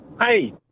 Hi